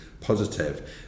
positive